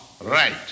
right